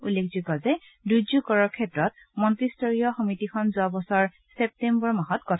উল্লেখযোগ্য যে দুৰ্যোগ কৰৰ ক্ষেত্ৰত মন্ত্ৰীস্তৰীয় সমিতিখন যোৱাবছৰ ছেপ্তেম্বৰ মাহত গঠন কৰা হৈছিল